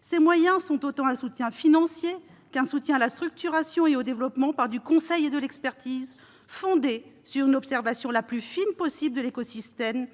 Ces moyens sont autant un soutien financier qu'un soutien à la structuration et au développement par du conseil et de l'expertise fondés sur une observation la plus fine possible de l'écosystème,